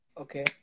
Okay